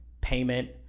payment